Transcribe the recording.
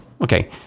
okay